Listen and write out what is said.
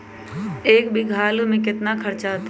एक बीघा आलू में केतना खर्चा अतै?